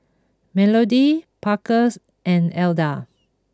Melodie Parkers and Elda